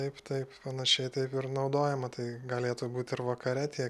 taip taip panašiai taip ir naudojama tai galėtų būt ir vakare tiek